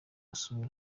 isura